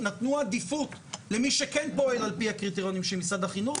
נתנו עדיפות למי שכן פועל על פי הקריטריונים של משרד החינוך,